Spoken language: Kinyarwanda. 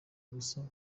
ubusa